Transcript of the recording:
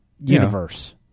universe